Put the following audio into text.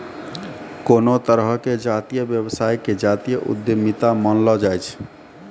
कोनो तरहो के जातीय व्यवसाय के जातीय उद्यमिता मानलो जाय छै